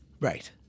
right